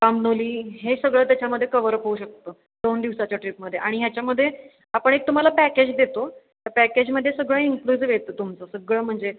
बामनोली हे सगळं त्याच्यामध्ये कवरअप होऊ शकतं दोन दिवसाच्या ट्रिपमध्ये आणि ह्याच्यामध्ये आपण एक तुम्हाला पॅकेज देतो त्या पॅकेजमध्ये सगळं इन्क्लुजिव्ह येतं तुमचं सगळं म्हणजे